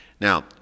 Now